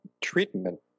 treatment